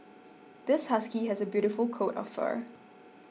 this husky has a beautiful coat of fur